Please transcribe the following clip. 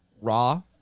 raw